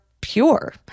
pure